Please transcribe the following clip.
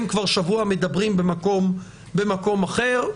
הם כבר שבוע מדברים במקום אחר.